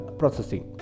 processing